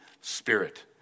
Spirit